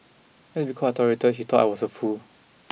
just because I tolerated he thought I was a fool